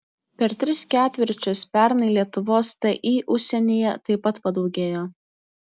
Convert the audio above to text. per tris ketvirčius pernai lietuvos ti užsienyje taip pat padaugėjo